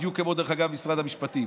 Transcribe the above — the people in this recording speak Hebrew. דרך אגב, בדיוק כמו משרד המשפטים.